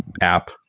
app